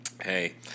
hey